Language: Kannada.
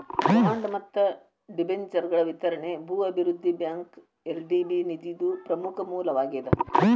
ಬಾಂಡ್ ಮತ್ತ ಡಿಬೆಂಚರ್ಗಳ ವಿತರಣಿ ಭೂ ಅಭಿವೃದ್ಧಿ ಬ್ಯಾಂಕ್ಗ ಎಲ್.ಡಿ.ಬಿ ನಿಧಿದು ಪ್ರಮುಖ ಮೂಲವಾಗೇದ